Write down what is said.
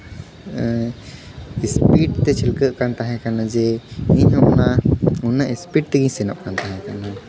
speed ᱛᱮ ᱪᱷᱤᱞᱠᱟᱹᱜ ᱠᱟᱱ ᱛᱟᱦᱮᱸ ᱠᱟᱱᱟ ᱡᱮ ᱤᱧ ᱦᱚᱸ ᱚᱱᱟ ᱩᱱᱟᱹᱜ ᱤᱥᱯᱤᱰ ᱛᱮᱜᱮᱧ ᱥᱮᱱᱚᱜ ᱠᱟᱱ ᱛᱟᱦᱮᱸ ᱠᱟᱱᱟ